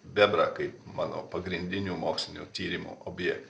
bebrą kaip mano pagrindiniu mokslinių tyrimų objektą